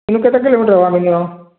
ତା ହେଲେ କେତେ କିଲୋମିଟର ହେବା ମିନିମମ୍